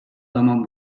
zaman